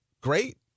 great